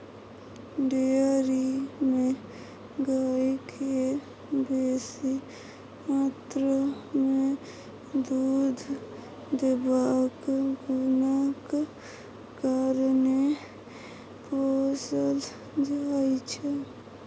dairy मे गाय केँ बेसी मात्रा मे दुध देबाक गुणक कारणेँ पोसल जाइ छै